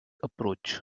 approach